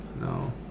No